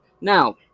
Now